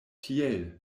tiel